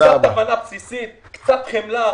קצת הבנה בסיסית, קצת חמלה.